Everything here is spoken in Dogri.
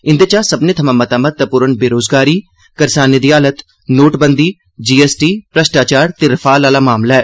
इन्दे चा सब्यने थमां मता महत्वपूर्ण बेरोज़गारी करसानें दी हालत नोटबंदी जीएसटी भ्रश्टाचार ते रफाल आला मामला ऐ